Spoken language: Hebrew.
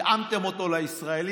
התאמתם אותו לישראל,